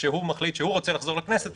שהוא מחליט שהוא רוצה לחזור לכנסת,